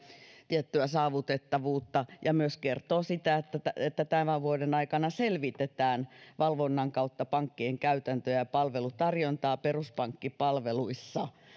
tiettyä saavutettavuutta ja myös kertoo että tämän vuoden aikana selvitetään valvonnan kautta pankkien käytäntöjä ja palvelutarjontaa peruspankkipalveluissa